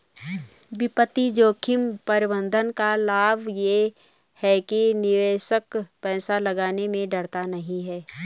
वित्तीय जोखिम प्रबंधन का लाभ ये है कि निवेशक पैसा लगाने में डरता नहीं है